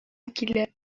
килә